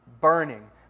burning